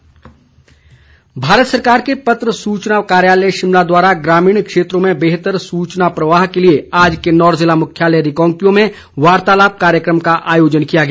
वार्तालाप भारत सरकार के पत्र सूचना कार्यालय शिमला द्वारा ग्रामीण क्षेत्रों में बेहतर सूचना प्रवाह के लिए आज किन्नौर ज़िला मुख्यालय रिकांगपिओ में वार्तालाप कार्यक्रम का आयोजन किया गया